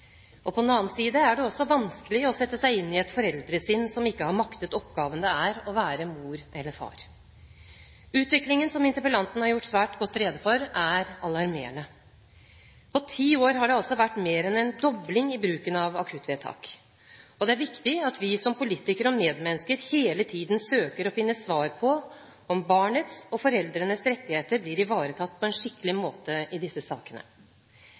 På den andre siden er det også vanskelig å sette seg inn i et foreldresinn som ikke har maktet oppgaven det er å være mor eller far. Utviklingen som interpellanten har gjort svært godt rede for, er alarmerende. På ti år har det altså vært mer enn en dobling i bruken av akuttvedtak. Det er viktig at vi som politikere og medmennesker hele tiden søker å finne svar på om barnets og foreldrenes rettigheter blir ivaretatt på en skikkelig måte i disse sakene.